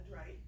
right